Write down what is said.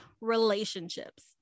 relationships